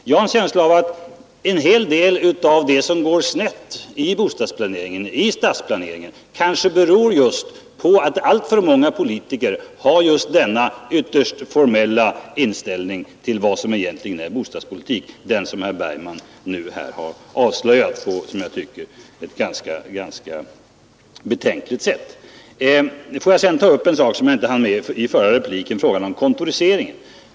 Jag har en känsla av att en hel del av det som går snett i bostadsoch stadsplaneringen just beror på att alltför många politiker har denna ytterst formella inställning till vad som är bostadspolitik — den som herr Bergman nu har avslöjat på ett som jag tycker ganska betänkligt sätt. Får jag sedan ta upp en sak som jag inte hann med i min förra replik, nämligen frågan om kontoriseringen.